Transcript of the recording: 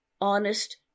honest